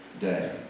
day